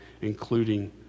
including